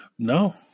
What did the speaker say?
No